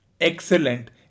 excellent